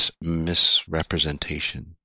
misrepresentation